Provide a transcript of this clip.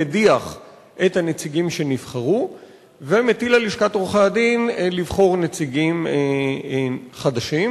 מדיח את הנציגים שנבחרו ומטיל על לשכת עורכי-הדין לבחור נציגים חדשים.